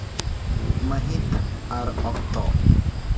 ᱢᱟᱹᱦᱤᱛ ᱟᱨ ᱚᱠᱛᱚ